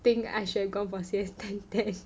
think I should have gone for C_S ten ten